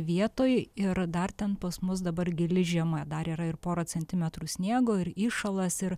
vietoj ir dar ten pas mus dabar gili žiema dar yra ir pora centimetrų sniego ir įšalas ir